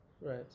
right